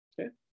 Okay